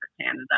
Canada